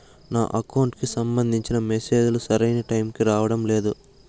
నా అకౌంట్ కి సంబంధించిన మెసేజ్ లు సరైన టైముకి రావడం లేదు